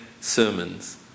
sermons